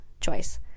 choice